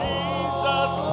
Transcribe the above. Jesus